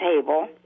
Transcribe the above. table